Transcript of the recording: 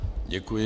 Děkuji.